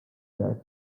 day